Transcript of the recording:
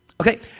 Okay